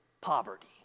poverty